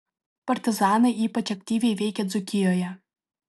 partizanai ypač aktyviai veikė dzūkijoje